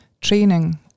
training